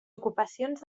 ocupacions